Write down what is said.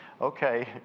okay